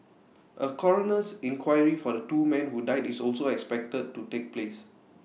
A coroner's inquiry for the two men who died is also expected to take place